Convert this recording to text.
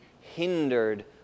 hindered